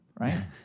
right